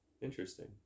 Interesting